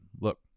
Look